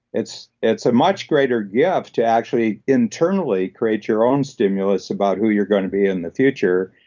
it's it's a much greater gift to actually internally create your own stimulus about who you're going to be in the future.